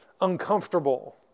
uncomfortable